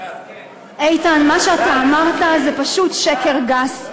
איתן, מה שאתה אמרת זה פשוט שקר גס.